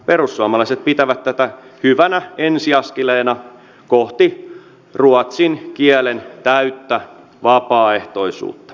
perussuomalaiset pitävät tätä hyvänä ensiaskeleena kohti ruotsin kielen täyttä vapaaehtoisuutta